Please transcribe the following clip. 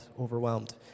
overwhelmed